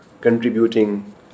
contributing